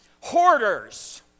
hoarders